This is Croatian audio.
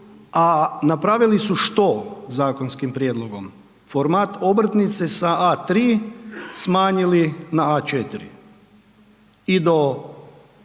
a napravili su što zakonskim prijedlogom? Format obrtnice sa A3 smanjili na A4 i do